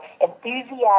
enthusiasm